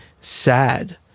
sad